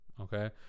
okay